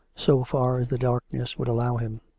so far as the darkness would allow him